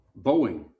Boeing